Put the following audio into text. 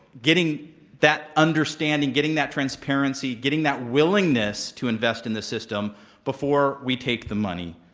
getting that understanding, getting that transparency, getting that willingness to invest in the system before we take the money.